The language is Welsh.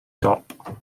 dop